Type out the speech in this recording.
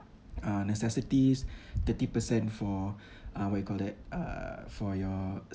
uh necessities thirty percent for uh what you call that uh for your